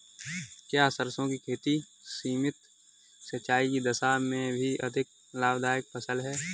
क्या सरसों की खेती सीमित सिंचाई की दशा में भी अधिक लाभदायक फसल है?